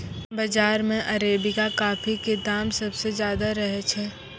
बाजार मॅ arabica coffee के दाम सबसॅ ज्यादा रहै छै